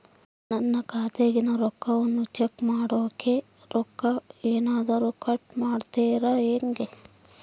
ನನ್ನ ಖಾತೆಯಾಗಿನ ಹಣವನ್ನು ಚೆಕ್ ಮಾಡೋಕೆ ರೊಕ್ಕ ಏನಾದರೂ ಕಟ್ ಮಾಡುತ್ತೇರಾ ಹೆಂಗೆ?